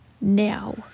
Now